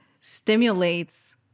stimulates